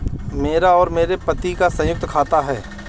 मेरा और मेरे पति का संयुक्त खाता है